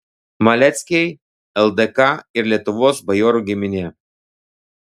maleckiai ldk ir lietuvos bajorų giminė